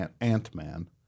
Ant-Man